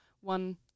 one